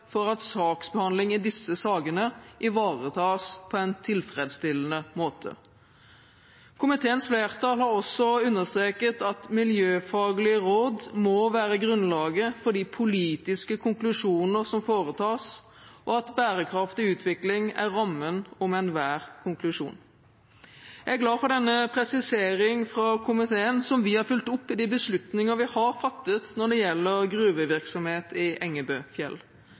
for at saksbehandling i disse sakene ivaretas på en tilfredsstillende måte. Komiteens flertall har også understreket at miljøfaglige råd må være grunnlaget for de politiske konklusjoner som foretas, og at bærekraftig utvikling er rammen om enhver konklusjon. Jeg er glad for denne presisering fra komiteen, som vi har fulgt opp i de beslutninger vi har fattet når det gjelder gruvevirksomhet i Engebøfjell.